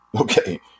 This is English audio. Okay